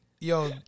yo